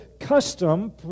custom